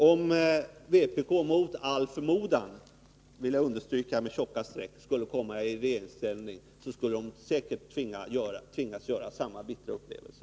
Om vpk mot all förmodan — det vill jag understryka med tjocka streck — skulle komma i regeringsställning, skulle det partiet säkerligen tvingas genomgå samma bittra upplevelse.